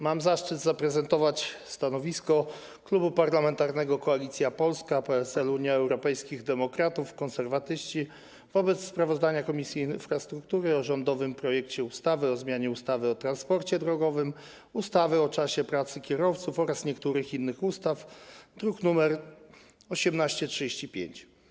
Mam zaszczyt zaprezentować stanowisko Klubu Parlamentarnego Koalicja Polska - Polskie Stronnictwo Ludowe, Unia Europejskich Demokratów, Konserwatyści wobec sprawozdania Komisji Infrastruktury o rządowym projekcie ustawy o zmianie ustawy o transporcie drogowym, ustawy o czasie pracy kierowców oraz niektórych innych ustaw, druk nr 1835.